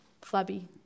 flabby